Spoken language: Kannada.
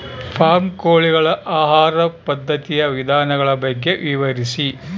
ಫಾರಂ ಕೋಳಿಗಳ ಆಹಾರ ಪದ್ಧತಿಯ ವಿಧಾನಗಳ ಬಗ್ಗೆ ವಿವರಿಸಿ?